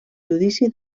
judici